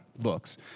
books